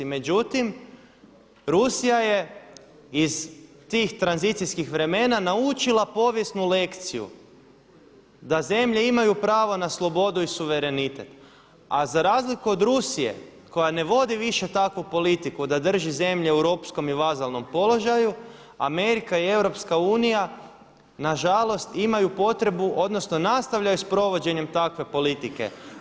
Međutim, Rusija je iz tih tranzicijskih vremena naučila povijesnu lekciju da zemlje imaju pravo na slobodu i suverenitet.“ A za razliku od Rusije koja ne vodi više takvu politiku da drži zemlje u ropskom i vazalnom položaju Amerika i EU nažalost imaju potrebu odnosno nastavljaju s provođenjem takve politike.